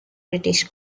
british